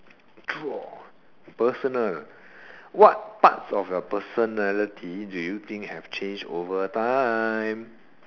draw personal what parts of your personality do you think have changed over time